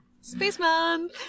spaceman